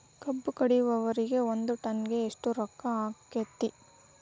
ಕಬ್ಬು ಕಡಿಯುವರಿಗೆ ಒಂದ್ ಟನ್ ಗೆ ಎಷ್ಟ್ ರೊಕ್ಕ ಆಕ್ಕೆತಿ?